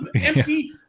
empty